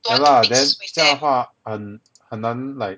no lah then 这样的话很很难 like